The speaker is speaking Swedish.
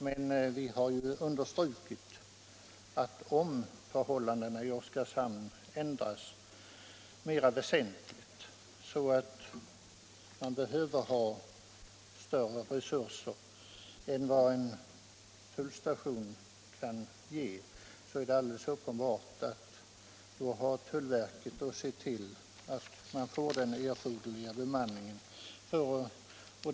Men vi har understrukit att om förhållandena i Oskarshamn ändras väsentligt, så att man där behöver större resurser än vad en tullstation kan ge, då har tullverket uppenbarligen att se till att man får den erforderliga bemanningen.